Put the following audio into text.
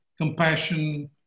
compassion